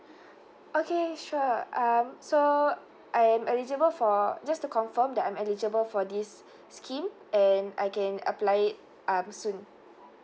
okay sure um so I'm eligible for just to confirm that I'm eligible for this scheme and I can apply it um soon